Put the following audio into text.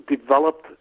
developed